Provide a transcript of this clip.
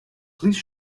please